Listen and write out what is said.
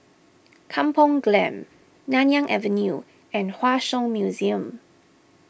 Kampong Glam Nanyang Avenue and Hua Song Museum